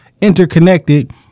interconnected